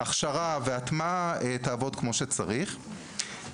ההכשרה וההטמעה תעבוד כמו שצריך.